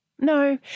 No